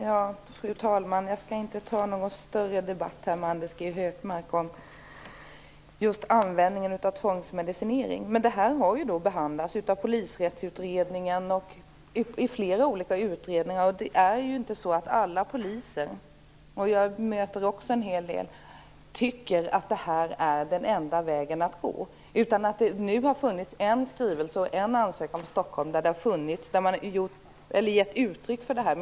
Fru talman! Jag skall inte ta någon större debatt med Anders G Högmark om användningen av tvångsmedicinering. Det här har behandlats i Polisrättsutredningen och i flera olika utredningar. Jag möter också en hel del poliser, och alla tycker inte att det här är den enda vägen att gå. Det finns en skrivelse och en ansökan när det gäller Stockholm där man har gett uttryck för det här.